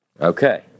Okay